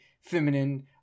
feminine